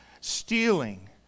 Stealing